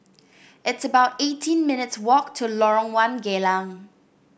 it's about eighteen minutes' walk to Lorong One Geylang